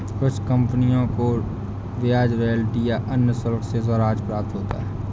कुछ कंपनियों को ब्याज रॉयल्टी या अन्य शुल्क से राजस्व प्राप्त होता है